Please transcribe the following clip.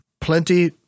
Plenty